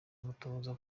amatohoza